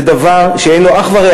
זה דבר שאין לו אח ורע.